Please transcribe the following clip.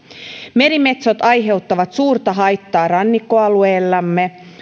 merimetsot aiheuttavat suurta haittaa rannikkoalueellamme